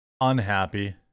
Unhappy